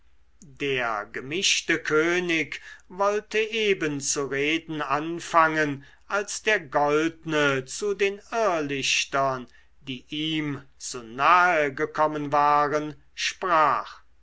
der gemischte könig wollte eben zu reden anfangen als der goldne zu den irrlichtern die ihm zu nahe gekommen waren sprach